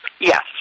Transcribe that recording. Yes